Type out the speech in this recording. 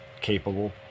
capable